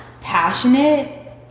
passionate